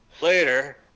Later